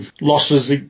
losses